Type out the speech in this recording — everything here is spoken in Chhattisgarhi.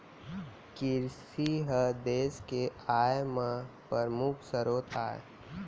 किरसी ह देस के आय म परमुख सरोत आय